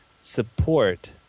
support